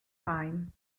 time